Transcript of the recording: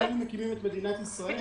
לא היינו מקימים את מדינת ישראל.